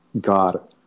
God